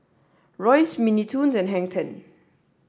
Royce Mini Toons and Hang Ten